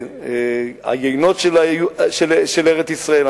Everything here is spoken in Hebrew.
היינות של ארץ-ישראל,